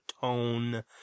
tone